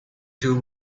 two